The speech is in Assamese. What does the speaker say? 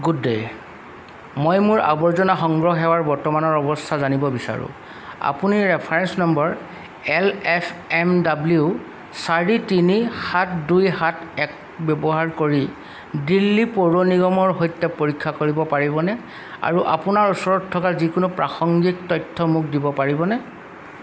গুড দে মই মোৰ আৱৰ্জনা সংগ্ৰহ সেৱাৰ বৰ্তমানৰ অৱস্থা জানিব বিচাৰোঁ আপুনি reference number L F M W চাৰি তিনি সাত দুই সাত এক ব্য়ৱহাৰ কৰি দিল্লী পৌৰ নিগমৰ সৈতে পৰীক্ষা কৰিব পাৰিবনে আৰু আপোনাৰ ওচৰত থকা যিকোনো প্ৰাসাংগিক তথ্য় মোক দিব পাৰিবনে